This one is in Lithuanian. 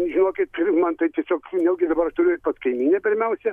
žinokit man tai tiesiog nejaugi dabar turiu eit pas kaimynę pirmiausia